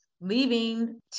leaving